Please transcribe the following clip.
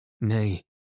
Nay